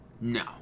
No